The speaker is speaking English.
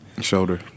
Shoulder